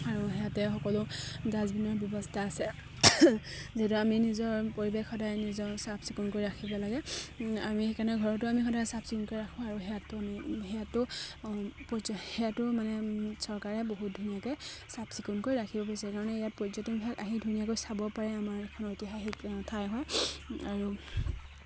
আৰু সিহঁতে সকলো ডাষ্টবিনৰ ব্যৱস্থা আছে যিহেতু আমি নিজৰ পৰিৱেশ সদায় নিজৰ চাফ চিকুণকৈ ৰাখিব লাগে আমি সেইকাৰণে ঘৰতো আমি সদায় চাফ চিকুণকৈ ৰাখোঁ আৰু সেয়াটো আমি সেয়াতো পৰ্য সেয়াও মানে চৰকাৰে বহুত ধুনীয়াকৈ চাফ চিকুণকৈ ৰাখিব বিচাৰে কাৰণে ইয়াত পৰ্যটন বিভাগ আহি ধুনীয়াকৈ চাব পাৰে আমাৰ এখন ঐতিহাসিক ঠাই হয় আৰু